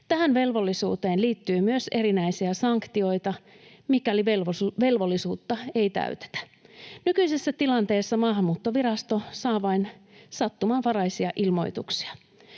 Tähän velvollisuuteen liittyy myös erinäisiä sanktioita, mikäli velvollisuutta ei täytetä. Nykyisessä tilanteessa Maahanmuuttovirasto saa vain sattumanvaraisia ilmoituksia.